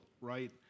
right